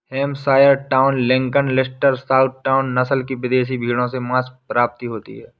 Hampshire Down, Lincoln, Leicester, Southdown, नस्ल की विदेशी भेंड़ों से माँस प्राप्ति होती है